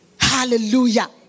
Hallelujah